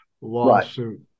lawsuit